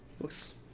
looks